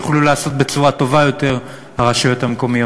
יוכלו לעשות בצורה טובה יותר הרשויות המקומיות.